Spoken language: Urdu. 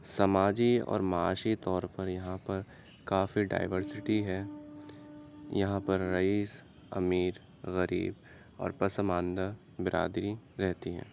سماجی اور معاشی طور پر یہاں پر کافی ڈائیورسٹی ہے یہاں پر رئیس امیر غریب اور پسماندہ برادری رہتی ہیں